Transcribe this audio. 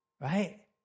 right